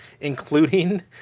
including